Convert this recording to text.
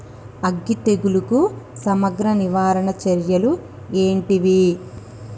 అగ్గి తెగులుకు సమగ్ర నివారణ చర్యలు ఏంటివి?